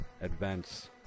advance